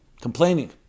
complaining